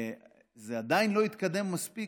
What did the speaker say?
זה עדיין לא התקדם מספיק?